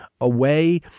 away